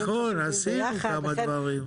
נכון, עשינו כמה דברים.